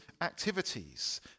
activities